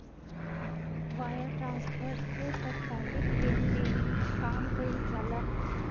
wire transfer से तात्कालिक लेनदेन कअ काम कईल जाला